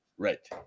Right